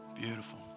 Beautiful